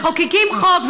מחוקקים חוק,